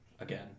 again